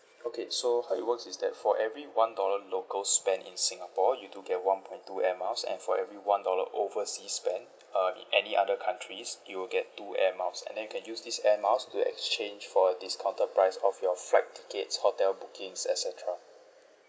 okay so how it works is that for every one dollar local spent in singapore you do get one point two air miles and for every one dollar oversea spent um in any other countries you'll get two air miles and then you can use these air miles to exchange for a discounted price of your flight tickets hotel bookings et cetera